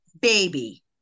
Baby